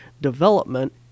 development